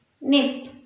nip